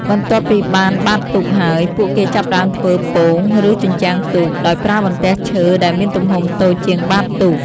បន្ទាប់ពីបានបាតទូកហើយ ពួកគេចាប់ផ្តើមធ្វើ ពោង ឬ ជញ្ជាំងទូក ដោយប្រើបន្ទះឈើដែលមានទំហំតូចជាងបាតទូក។